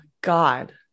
God